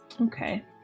Okay